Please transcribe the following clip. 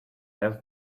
have